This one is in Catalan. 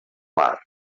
mar